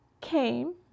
came